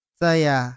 Saya